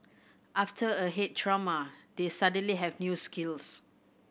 after a head trauma they suddenly have new skills